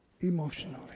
emotionally